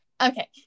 Okay